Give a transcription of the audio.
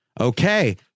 Okay